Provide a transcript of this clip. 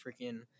freaking